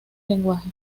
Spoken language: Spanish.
lenguaje